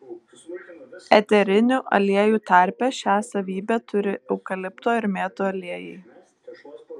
eterinių aliejų tarpe šią savybę turi eukalipto ir mėtų aliejai